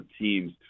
teams